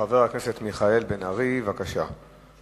חבר הכנסת מיכאל בן-ארי, בבקשה.